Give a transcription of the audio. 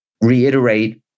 reiterate